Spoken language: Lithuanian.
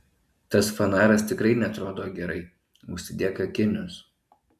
tas fanaras tikrai neatrodo gerai užsidėk akinius